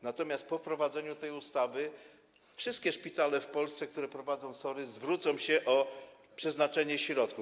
Natomiast po wprowadzeniu tej ustawy wszystkie szpitale w Polsce, które prowadzą SOR-y, zwrócą się o przeznaczenie środków.